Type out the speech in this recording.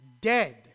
dead